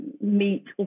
meet